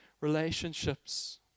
relationships